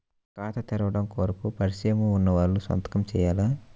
ఖాతా తెరవడం కొరకు పరిచయము వున్నవాళ్లు సంతకము చేయాలా?